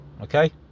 Okay